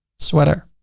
sweater.